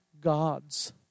gods